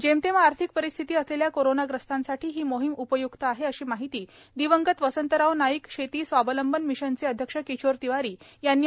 जेमतेम आर्थिक परिस्थिती असलेल्यां कोरोनाग्रस्तासांठी ही मोहीम उपय्क्त आहे अशी माहिती दिवंगत वसंतराव नाईक शेती स्वावलंबन मिशनचे अध्यक्ष किशोर तिवारी यांनी आज अमरावती इथे दिली